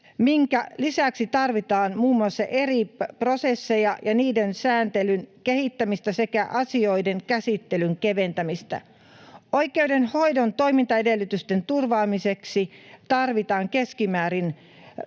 lisäksi tarvitaan muun muassa eri prosesseja ja niiden sääntelyn kehittämistä sekä asioiden käsittelyn keventämistä. Oikeudenhoidon toimintaedellytysten turvaamiseksi tarvitaan keskimäärin